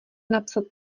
napsat